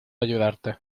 ayudarte